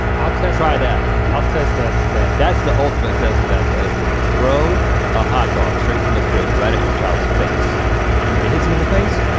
i'll test that. try that i'll test that today. that's the ultimate test of athleticism. throw a hot dog straight from the fridge right at your child's face. and if it hits him in the face,